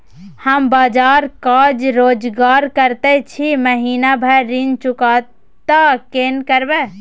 हम बाहर काज रोजगार करैत छी, महीना भर ऋण चुकता केना करब?